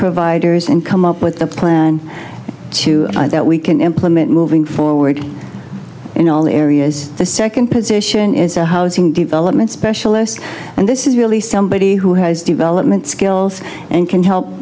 providers and come up with a plan to that we can implement moving forward in all areas the second position is a housing development specialist and this is really somebody who has development skills and can help